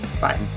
Bye